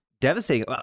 devastating